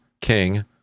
king